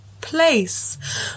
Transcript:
place